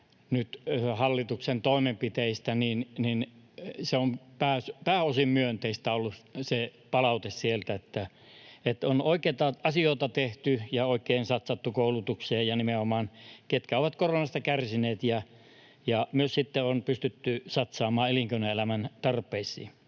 hallituksen toimenpiteistä, niin se palaute sieltä on ollut pääosin myönteistä, että on oikeita asioita tehty ja oikein satsattu koulutukseen ja nimenomaan niihin, ketkä ovat koronasta kärsineet. Myös on pystytty satsaamaan elinkeinoelämän tarpeisiin.